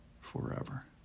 forever